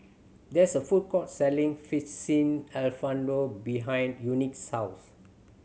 there is a food court selling Alfredo behind Unique's house